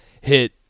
hit